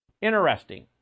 Interesting